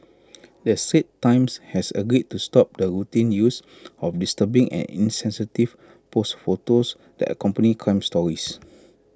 the straits times has agreed to stop the routine use of disturbing and insensitive posed photos that accompany crime stories